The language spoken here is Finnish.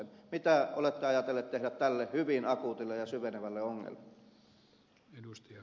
mitä olette ajatelleet tehdä tälle hyvin akuutille ja syvenevälle ongelmalle